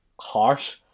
harsh